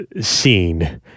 scene